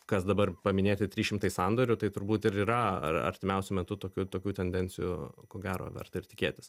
kas dabar paminėti trys šimtai sandorių tai turbūt ir yra ar artimiausiu metu tokių tokių tendencijų ko gero verta ir tikėtis